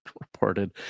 reported